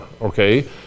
okay